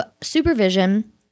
supervision